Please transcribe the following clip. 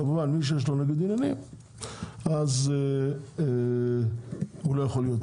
כמובן מי שיש לו ניגוד עניינים אז הוא לא יכול להיות